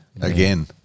Again